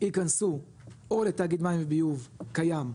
ייכנסו או לתאגיד מים וביוב קיים,